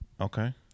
Okay